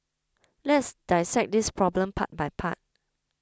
let's dissect this problem part by part